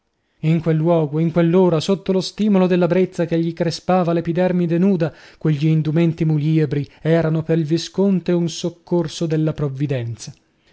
in quel luogo in quell'ora sotto lo stimolo della brezza che gli crespava l'epidermide nuda quegli indumenti muliebri erano pel visconte un soccorso della provvidenza